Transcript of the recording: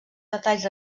detalls